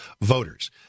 voters